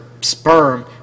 sperm